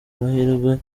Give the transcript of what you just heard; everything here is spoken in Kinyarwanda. amahirwe